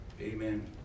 amen